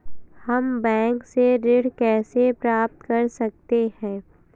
हम बैंक से ऋण कैसे प्राप्त कर सकते हैं?